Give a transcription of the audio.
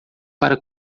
para